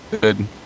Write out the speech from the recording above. good